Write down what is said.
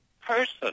person